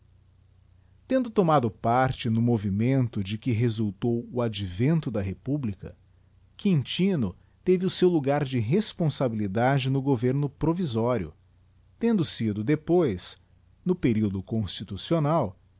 tendo tomado parte no movimento de que resultou o advento dív republica quintino teve o seu lugar de responsabilidade no governa provisório tendo sido depois no período constitucional